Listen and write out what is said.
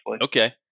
Okay